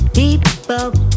People